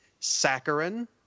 saccharin